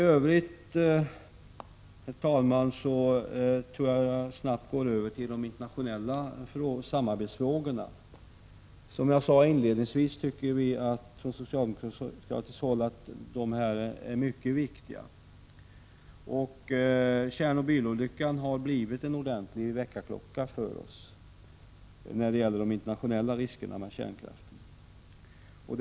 Herr talman! Låt mig så gå över till de internationella samarbetsfrågorna. Som jag sade inledningsvis tycker vi socialdemokrater att de är mycket viktiga. Tjernobylolyckan har blivit en ordentlig väckarklocka för oss i fråga om de internationella riskerna med kärnkraften.